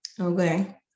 Okay